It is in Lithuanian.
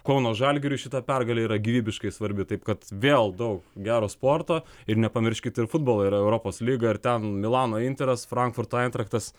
kauno žalgiriui šita pergalė yra gyvybiškai svarbi taip kad vėl daug gero sporto ir nepamirškit ir futbolo yra europos lyga ir ten milano interas frankfurto entrachtas